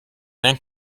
then